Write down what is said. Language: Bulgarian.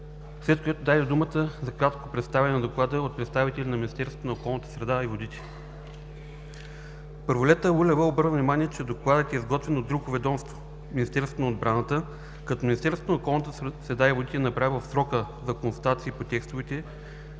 след което даде думата за кратко представяне на доклада от представителите на Министерството на околната среда и водите. Първолета Лулева обърна внимание, че Докладът е изготвен от друго ведомство – Министерство на отбраната, като Министерството на околната среда и водите е направило в срока за консултации по текстовете,